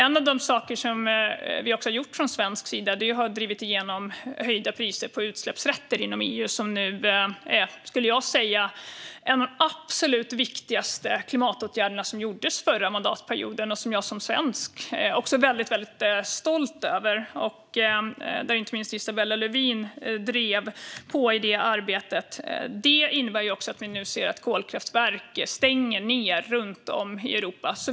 En av de saker som vi har gjort från svensk sida är att vi har drivit igenom höjda priser på utsläppsrätter inom EU, som är, skulle jag säga, en av de absolut viktigaste klimatåtgärderna under förra mandatperioden och som jag som svensk är väldigt stolt över - inte minst Isabella Lövin drev på i detta arbete. Det innebär att vi nu ser att kolkraftverk stänger ned runt om i Europa.